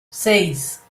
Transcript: seis